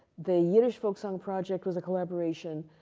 the yiddish folk song project was a collaboration.